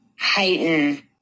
heighten